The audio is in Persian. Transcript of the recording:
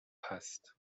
هست